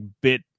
Bit